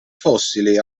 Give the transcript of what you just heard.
fossili